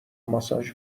ماساژ